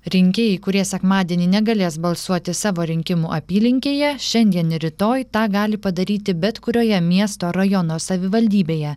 rinkėjai kurie sekmadienį negalės balsuoti savo rinkimų apylinkėje šiandien rytoj tą gali padaryti bet kurioje miesto rajono savivaldybėje